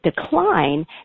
decline